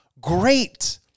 great